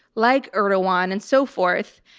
like erdogan and so forth.